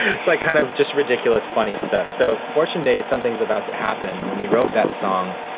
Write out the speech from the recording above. it's like kind of just ridiculous funny stuff. so fortune day, something's about to happen, when we wrote that song,